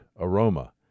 aroma